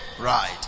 Right